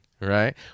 Right